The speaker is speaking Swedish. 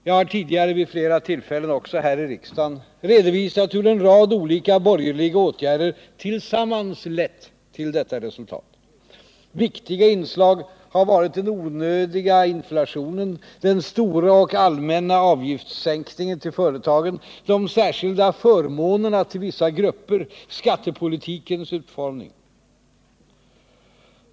Jag har tidigare vid flera tillfällen också här i riksdagen redovisat hur en rad olika borgerliga åtgärder tillsammans lett till detta resultat. Viktiga inslag har varit den onödiga inflationen, den stora och allmänna avgiftssänkningen till företagen, de särskilda förmånerna till vissa grupper och skattepolitikens utformning.